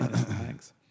Thanks